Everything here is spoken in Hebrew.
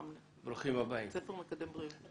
בית ספר מקדם בריאות.